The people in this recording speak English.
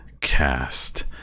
Cast